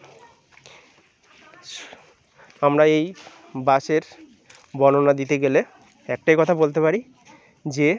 আমরা এই বাসের বর্ণনা দিতে গেলে একটাই কথা বলতে পারি যে